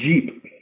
Jeep